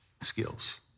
skills